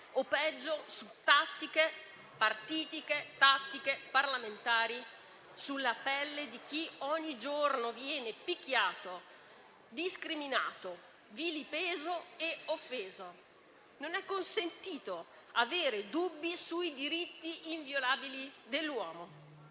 o, peggio, su tattiche partitiche e parlamentari, sulla pelle di chi ogni giorno viene picchiato, discriminato, vilipeso e offeso. Non è consentito avere dubbi sui diritti inviolabili dell'uomo.